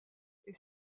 est